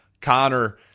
Connor